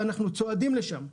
ואנחנו צועדים לשם.